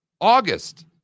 August